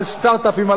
על סטארט-אפים,